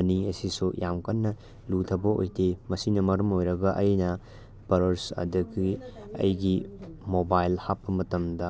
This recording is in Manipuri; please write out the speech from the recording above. ꯑꯅꯤ ꯑꯁꯤꯁꯨ ꯌꯥꯝ ꯀꯟꯅ ꯂꯨꯊꯕ ꯑꯣꯏꯗꯦ ꯃꯁꯤꯅ ꯃꯔꯝ ꯑꯣꯏꯔꯒ ꯑꯩꯅ ꯄꯔꯁ ꯑꯗꯨꯗꯒꯤ ꯑꯩꯒꯤ ꯃꯣꯕꯥꯏꯜ ꯍꯥꯞꯄ ꯃꯇꯝꯗ